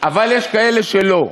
אבל יש כאלה שלא.